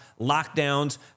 lockdowns